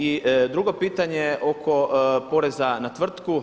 I drugo pitanje oko poreza na tvrtku.